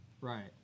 Right